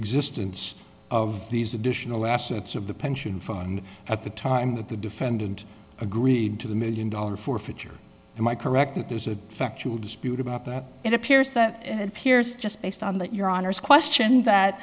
existence of these additional assets of the pension fund at the time that the defendant agreed to the million dollar forfeiture in my correct it is a factual dispute about that it appears that it appears just based on that your honor's question that